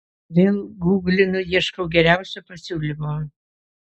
vėl guglinu ieškau geriausio pasiūlymo